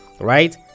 Right